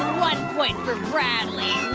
one point for bradley.